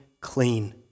clean